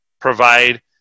provide